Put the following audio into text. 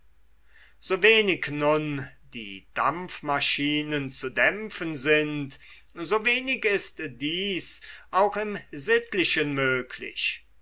so wenig nun die dampfmaschinen zu dämpfen sind so wenig ist dies auch im sittlichen möglich